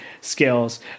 skills